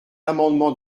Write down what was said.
amendement